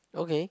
okay